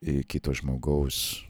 į kito žmogaus